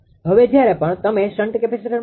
હવે જ્યારે પણ તમે શન્ટ કેપેસિટર મૂકો